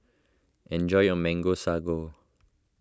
enjoy your Mango Sago